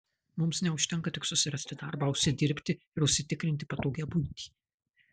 mums neužtenka tik susirasti darbą užsidirbti ir užsitikrinti patogią buitį